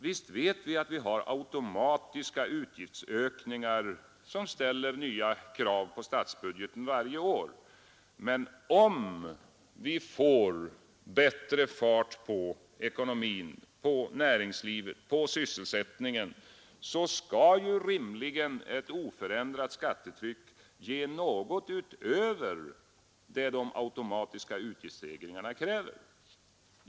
Visst vet vi att det finns automatiska utgiftsökningar som ställer nya krav på statsbudgeten varje år, men om vi får bättre fart på ekonomin, på näringslivet, på sysselsättningen, så skall rimligen ett oförändrat skattetryck ge något utöver det som de automatiska utgiftsstegringarna kräver.